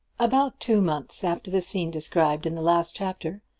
about two months after the scene described in the last chapter,